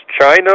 China